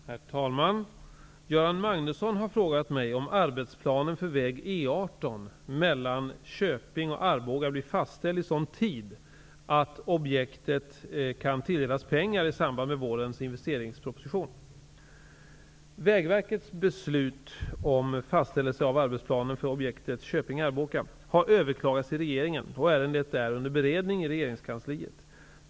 Herr talman! Göran Magnusson har frågat mig om arbetsplanen för väg E 18 mellan Köping och Arboga blir fastställd i sådan tid att objektet kan tilldelas pengar i samband med vårens investeringsproposition. Vägverkets beslut om fastställelse av arbetsplan för objektet Köping--Arboga har överklagats till regeringen, och ärendet är under beredning i regeringskansliet.